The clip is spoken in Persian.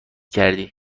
کردی